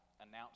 Announce